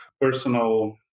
personal